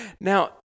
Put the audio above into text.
Now